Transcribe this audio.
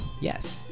yes